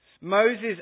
Moses